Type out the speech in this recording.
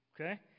Okay